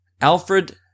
Alfred